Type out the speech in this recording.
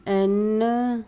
N